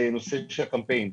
זה הנושא של הקמפיין.